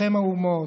לכם האומות,